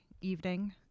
evening